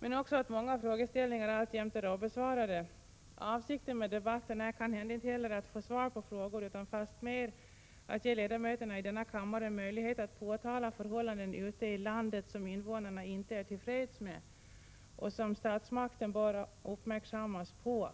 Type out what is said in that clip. men också att många frågeställningar alltjämt är obesvarade. Avsikten med debatten är kanske heller inte att få svar på frågor utan fastmer att ge ledamöterna i denna kammare möjlighet att påtala förhållanden ute i landet som invånarna inte är till freds med och som statsmakten bör uppmärksammas på.